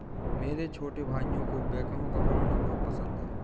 मेरे छोटे भाइयों को बैकहो का खिलौना बहुत पसंद है